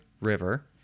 River